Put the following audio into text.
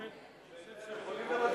אתה חושב שהם יכולים לבצע?